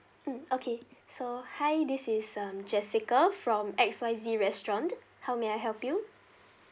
mm okay so hi this is um jessica from X Y Z restaurant how may I help you